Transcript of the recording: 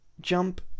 jump